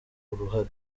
uruhare